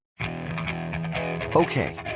Okay